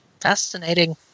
fascinating